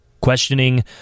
questioning